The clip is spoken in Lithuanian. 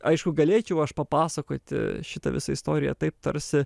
aišku galėčiau aš papasakoti šitą visą istoriją taip tarsi